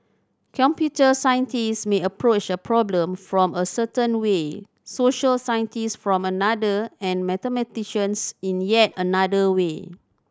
computer scientists may approach a problem from a certain way social scientists from another and mathematicians in yet another way